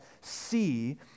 see